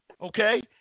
Okay